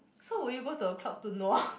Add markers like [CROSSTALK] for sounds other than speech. so will you go to a club to nua [BREATH]